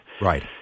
Right